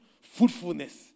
fruitfulness